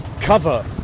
cover